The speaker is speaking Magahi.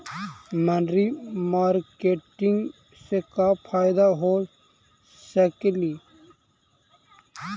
मनरी मारकेटिग से क्या फायदा हो सकेली?